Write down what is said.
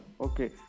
okay